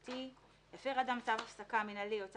הפרת צו הפסקה מינהלי או שיפוטי 25ו1. הפר